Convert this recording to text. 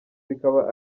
bikaba